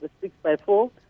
six-by-four